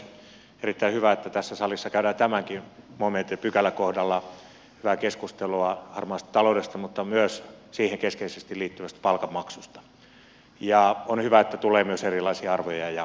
on erittäin hyvä että tässä salissa käydään tämänkin pykälän kohdalla hyvää keskustelua harmaasta taloudesta mutta myös siihen keskeisesti liittyvästä palkanmaksusta ja on hyvä että tulee myös erilaisia arvoja ja ajatuksia esiin